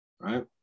right